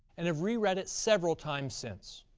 and have reread it several times since.